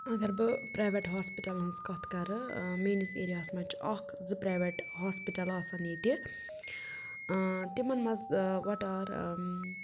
اگر بہٕ پرٛایویٹ ہاسپِٹَلَن ہٕنٛز کَتھ کَرٕ میٛٲنِس ایریا ہَس منٛز چھِ اَکھ زٕ پرٛایویٹ ہاسپِٹَل آسن ییٚتہِ تِمَن منٛز وٹار